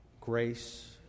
grace